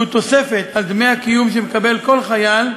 שהוא תוספת על דמי הקיום שמקבל כל חייל,